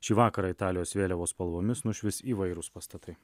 šį vakarą italijos vėliavos spalvomis nušvis įvairūs pastatai